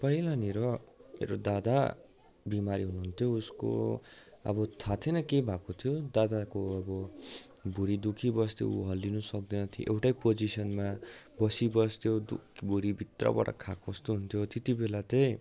पहिलानिर मेरो दादा बिमारी हुनुहुन्थ्यो उसको अब थाहा थिएन के भएको थियो दादाको अब भुँडी दुखिबस्थ्यो उ हल्लिनु सक्दैन थियो एउटै पोजिसनमा बसी बस्थ्यो दुख् भुँडी भित्रबाट खाएको जस्तो हुन्थ्यो त्यतिबेला चाहिँ